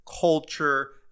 culture